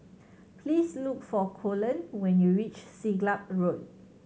please look for Colon when you reach Siglap Road